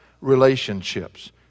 relationships